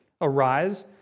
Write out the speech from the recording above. Arise